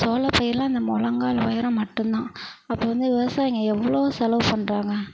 சோள பயிர்லாம் இந்த மொழங்கால் உயரம் மட்டுந்தான் அப்போ வந்து விவசாயிங்க எவ்வளோ செலவு பண்ணுறாங்க